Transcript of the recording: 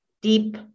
deep